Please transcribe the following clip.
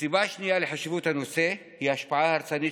הסיבה השנייה לחשיבות הנושא היא ההשפעה ההרסנית